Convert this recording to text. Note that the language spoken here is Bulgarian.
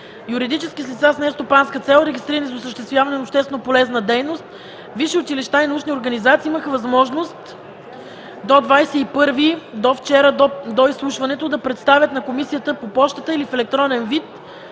юридически лица с нестопанска цел, регистрирани за осъществяване на общественополезна дейност, висши училища и научни организации имаха възможност до 21 февруари 2013 г. включително да представят на комисията по пощата или в електронен вид